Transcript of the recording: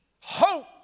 hope